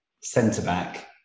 centre-back